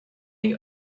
the